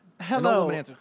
Hello